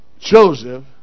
Joseph